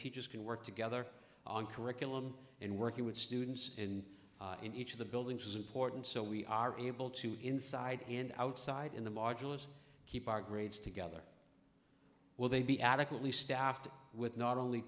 teachers can work together on curriculum and working with students and in each of the buildings is important so we are able to inside and outside in the modulus keep our grades together will they be adequately staffed with not only